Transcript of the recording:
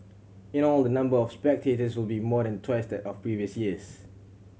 in all the number of spectators will be more than twice that of previous years